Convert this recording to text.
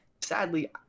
Sadly